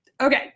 Okay